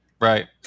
Right